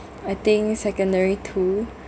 I think secondary two